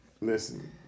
Listen